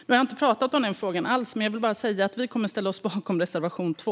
Vi har inte pratat om frågan alls, men jag vill bara säga att jag yrkar bifall till reservation 2.